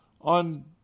On